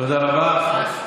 תודה רבה.